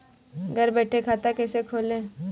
घर बैठे खाता कैसे खोलें?